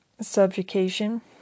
subjugation